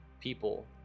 people